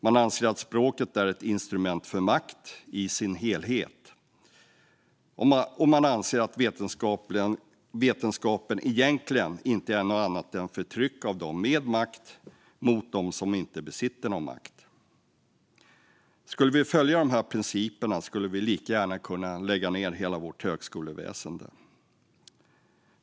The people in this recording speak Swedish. Man anser att språket är ett instrument för makt i sin helhet, och man anser att vetenskap egentligen inte är något annat än förtryck som praktiseras av dem med makt mot dem som inte besitter någon makt. Om vi följde de här principerna skulle vi lika gärna kunna lägga ned hela vårt högskoleväsen.